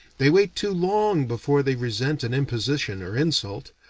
they wait too long before they resent an imposition or insult.